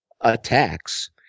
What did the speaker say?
attacks